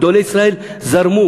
גדולי ישראל זרמו,